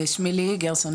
שמי ליהי גרסון,